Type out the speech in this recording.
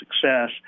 success